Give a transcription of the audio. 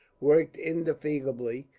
worked indefatigably.